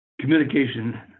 communication